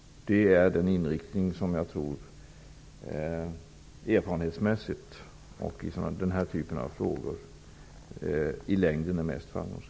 Det är den inriktning som erfarenhetsmässigt är mest framgångsrik när det gäller den här typen av frågor.